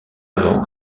avant